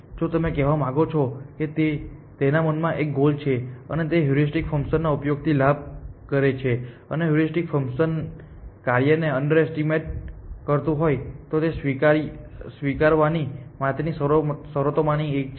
જો તમે કહેવા માંગો છો કે તેના મનમાં એક ગોલ છે અને તેથી તે હ્યુરિસ્ટિક ફંકશન ના ઉપયોગથી લાભ કરે છે અને જો હ્યુરિસ્ટિક ફંકશન કાર્યને અંડરએસ્ટીમેટ કરતુ હોય તો તે સ્વીકારવાની માટેની શરતોમાંની એક છે